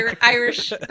Irish